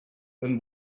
than